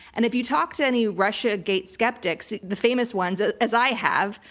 and if you talk to any russiagate skeptics, the famous ones, ah as i have,